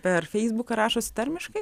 per feisbuką rašosi tarmiškai